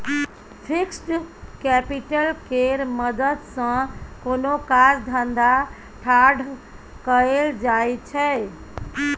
fixed capital केर मदद सँ कोनो काज धंधा ठाढ़ कएल जाइ छै